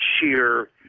sheer